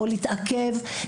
או להתעכב,